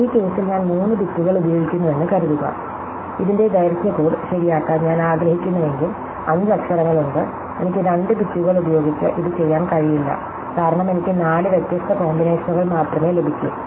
ഈ കേസിൽ ഞാൻ 3 ബിറ്റുകൾ ഉപയോഗിക്കുന്നുവെന്ന് കരുതുക ഇതിന്റെ ദൈർഘ്യ കോഡ് ശരിയാക്കാൻ ഞാൻ ആഗ്രഹിക്കുന്നുവെങ്കിൽ അഞ്ച് അക്ഷരങ്ങളുണ്ട് എനിക്ക് 2 ബിറ്റുകൾ ഉപയോഗിച്ച് ഇത് ചെയ്യാൻ കഴിയില്ല കാരണം എനിക്ക് നാല് വ്യത്യസ്ത കോമ്പിനേഷനുകൾ മാത്രമേ ലഭിക്കൂ